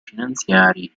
finanziari